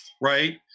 right